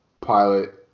pilot